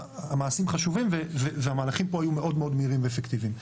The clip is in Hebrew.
המעשים הם חשובים והמהלכים פה היו מאוד מהירים ואפקטיביים.